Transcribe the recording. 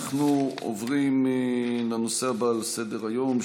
אנחנו עוברים לנושא הבא על סדר-היום,